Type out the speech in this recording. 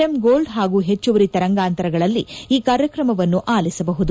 M gold ಹಾಗೂ ಹೆಚ್ಚುವರಿ ತರಂಗಾಂತರಗಳಲ್ಲಿ ಈ ಕಾರ್ಯಕ್ರಮವನ್ನು ಆಲಿಸಬಹುದು